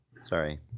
sorry